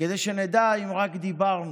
כדי שנדע אם רק דיברנו